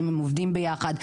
האם הם עובדים ביחד?